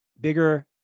bigger